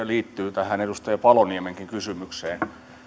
liittyy edustaja paloniemenkin kysymykseen